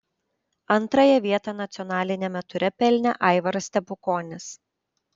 antrąją vietą nacionaliniame ture pelnė aivaras stepukonis